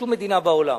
שום מדינה בעולם